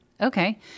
Okay